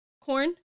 corn